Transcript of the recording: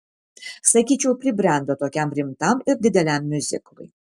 sakyčiau pribrendo tokiam rimtam ir dideliam miuziklui